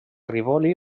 rivoli